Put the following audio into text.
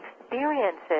experiences